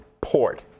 port